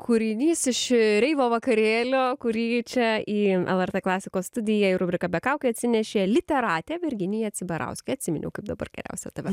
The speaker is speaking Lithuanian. kūrinys iš reivo vakarėlio kurį čia į lrt klasikos studiją į rubriką be kaukių atsinešė literatė virginija cibarauskė atsiminiau kaip dabar geriausia tave